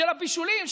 של הבישולים,